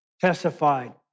testified